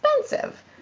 expensive